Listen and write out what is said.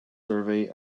survey